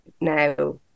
now